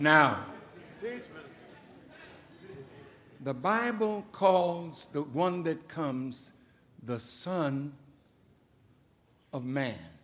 now the bible calls the one that comes the son of man